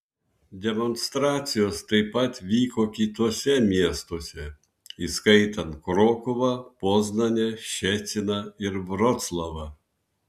demonstracijos taip pat vyko kituose miestuose įskaitant krokuvą poznanę ščeciną ir vroclavą